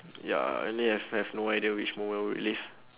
ya I mean I've no idea which moment I would live